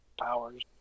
powers